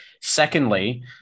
Secondly